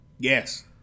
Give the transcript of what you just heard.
Yes